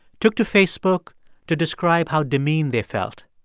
took to facebook to describe how demeaned they felt.